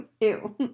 Ew